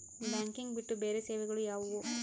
Banking ಬಿಟ್ಟು ಬೇರೆ ಸೇವೆಗಳು ಯಾವುವು?